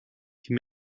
die